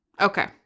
Okay